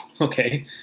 okay